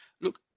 Look